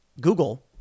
Google